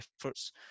efforts